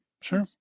Sure